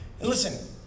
Listen